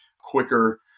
quicker